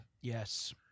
Yes